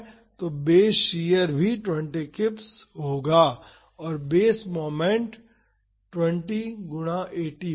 तो base shear भी 20 kips होगा और बेस मोमेंट 20 गुना 80 होगा